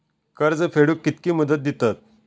कर्ज फेडूक कित्की मुदत दितात?